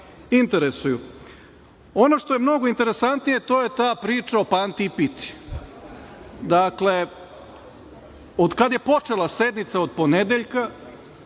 interesuju. Ono što je mnogo interesantnije to je ta priča o Panti i piti. Dakle, od kada je počela sednica od ponedeljka,